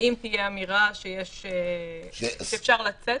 האם תהיה אמירה שאפשר לצאת.